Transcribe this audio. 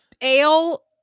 ale